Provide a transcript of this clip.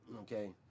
Okay